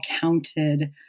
counted